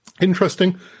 Interesting